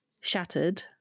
shattered